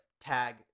tag